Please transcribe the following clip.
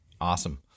Awesome